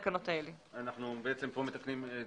פרוטוקול מספר 99. אני רוצה לומר בפתח הדיון היום